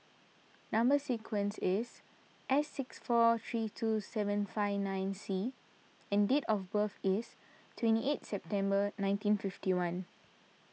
Number Sequence is S six four three two seven five nine C and date of birth is twenty eight September nineteen fifty one